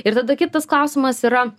ir tada kitas klausimas yra